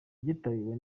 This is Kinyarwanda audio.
byitabiriwe